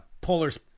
Polar's